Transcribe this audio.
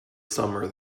summer